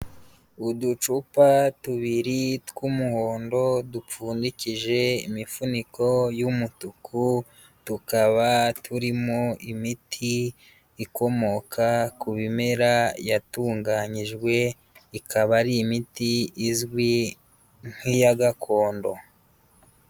Uducupa tubiri tw'umuhondo dupfundikije imifuniko y'umutuku tukaba turimo imiti ikomoka ku bimera yatunganyijwe ikaba ari imiti izwi nk'iya gakondo.